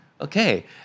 Okay